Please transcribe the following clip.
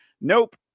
nope